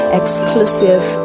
exclusive